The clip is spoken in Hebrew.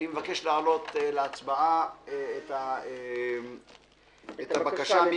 אני מבקש להעלות להצבעה את הבקשה לדיון מחדש.